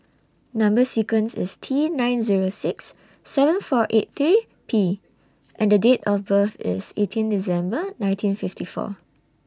Number sequence IS T nine Zero six seven four eight three P and Date of birth IS eighteen December nineteen fifty four